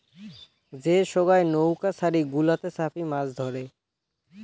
যে সোগায় নৌউকা ছারি গুলাতে চাপি মাছ ধরে